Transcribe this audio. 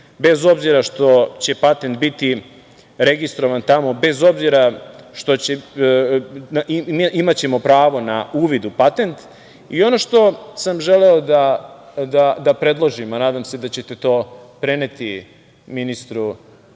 bez obzira što će patent biti registrovan tamo, imaćemo pravo na uvid u patent. Ono što sam želeo da predložim, a nadam se da ćete to preneti ministru